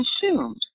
consumed